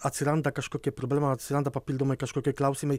atsiranda kažkokia problema atsiranda papildomai kažkokie klausimai